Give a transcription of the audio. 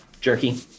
Jerky